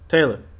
Taylor